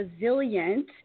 resilient